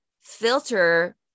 filter